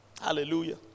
Hallelujah